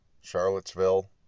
Charlottesville